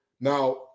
Now